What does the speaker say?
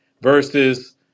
Versus